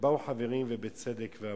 ובאו חברים ואמרו,